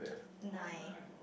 nine